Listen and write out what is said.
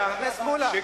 חבר הכנסת מולה.